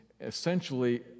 Essentially